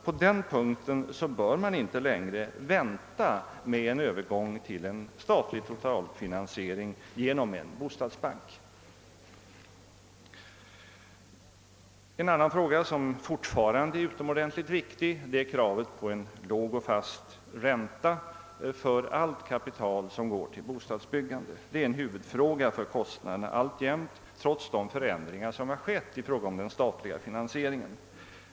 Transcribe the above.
På den punkten bör man inte vänta längre med en övergång till statlig totalfinansiering genom en bostadsbank. En annan fråga som fortfarande är utomordentligt viktig är kravet på en låg och fast ränta på allt kapital som går till bostadsbyggandet. Det är alltjämt en huvudfråga då det gäller kostnaderna trots de förändringar som skett i fråga om den statliga finansieringen.